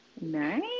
Nice